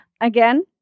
Again